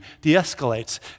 de-escalates